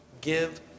give